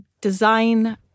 design